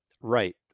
Right